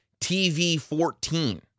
TV-14